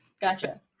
Gotcha